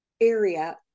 area